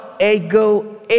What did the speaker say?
ego